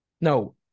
No